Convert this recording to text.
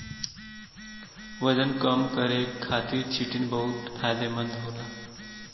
वजन कम करे खातिर चिटिन बहुत फायदेमंद होला